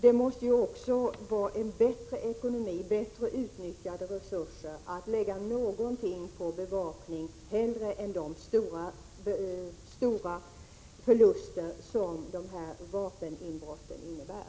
Det måste ju vara bättre ekonomi — bättre utnyttjade resurser — att lägga någonting på bevakningen än att ta de stora förluster som vapeninbrotten innebär.